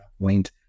point